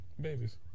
babies